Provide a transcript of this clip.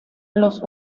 los